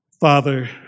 Father